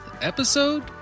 episode